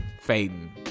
fading